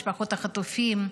משפחות החטופים,